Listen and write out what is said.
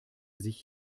sich